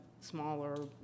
smaller